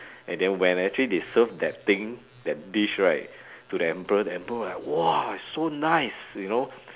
and then when actually they serve that thing that dish right to the emperor the emperor was like !wah! so nice you know